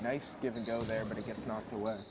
nice given go there but again it's not the